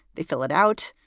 they fill it out,